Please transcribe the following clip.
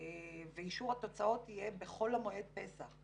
ואישור התוצאות יהיה בחול המועד פסח.